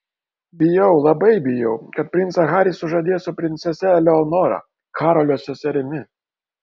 bijau labai bijau kad princą harį sužadės su princese eleonora karolio seserimi